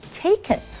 taken